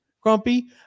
Grumpy